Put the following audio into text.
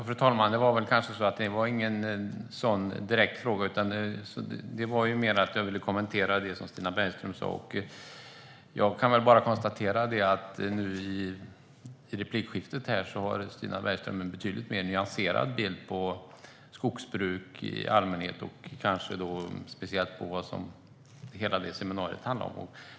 Fru talman! Det kanske inte var en direkt fråga utan mer en kommentar till det som Stina Bergström sa. Jag kan bara konstatera att Stina Bergström i det här replikskiftet har en betydligt mer nyanserad bild på skogsbruk i allmänhet och i synnerhet när det gäller vad seminariet handlade om.